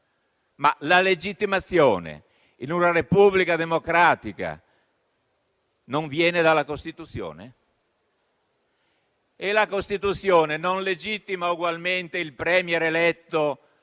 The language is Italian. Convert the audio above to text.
ma la legittimazione in una Repubblica democratica non viene dalla Costituzione? E la Costituzione non legittima ugualmente il *Premier* eletto